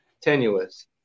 tenuous